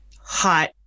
Hot